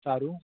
સારું